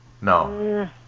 No